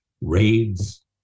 raids